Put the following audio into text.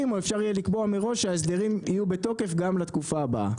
או אפשר יהיה לקבוע מראש שההסדרים בתוקף עד לתקופה הבאה.